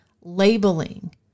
labeling